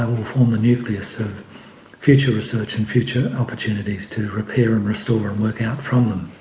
um will form the nucleus of future research and future opportunities to repair and restore and work out from them.